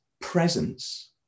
presence